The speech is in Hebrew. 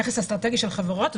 נכס אסטרטגי של חברות,